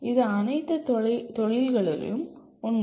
இது அனைத்து தொழில்களிலும் உண்மை